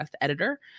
editor